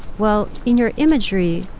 well, in your imagery,